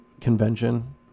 Convention